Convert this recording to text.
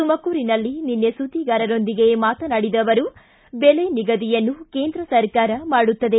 ತುಮಕೂರಿನಲ್ಲಿ ನಿನ್ನೆ ಸುದ್ದಿಗಾರರೊಂದಿಗೆ ಮಾತನಾಡಿದ ಅವರು ಬೆಲೆ ನಿಗದಿಯನ್ನು ಕೇಂದ್ರ ಸರ್ಕಾರ ಮಾಡುತ್ತದೆ